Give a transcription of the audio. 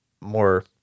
more